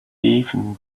even